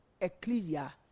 Ecclesia